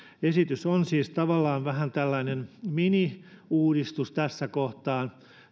esitys on siis tavallaan vähän tällainen miniuudistus tässä kohtaa